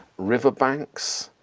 riverbanks,